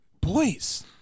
boys